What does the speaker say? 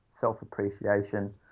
self-appreciation